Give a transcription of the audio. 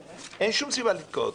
אין שום סיבה לתקוע אותם.